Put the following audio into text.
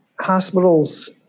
Hospitals